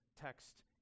text